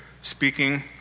speaking